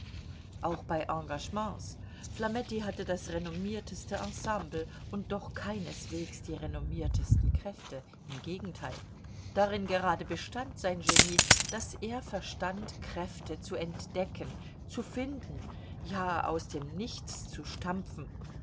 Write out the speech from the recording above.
auch bei engagements flametti hatte das renommierteste ensemble und doch keineswegs die renommiertesten kräfte im gegenteil darin gerade bestand sein genie daß er verstand kräfte zu entdecken zu finden ja aus dem nichts zu stampfen